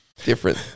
Different